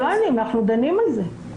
אני לא יודעת, אנחנו דנים בזה.